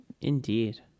Indeed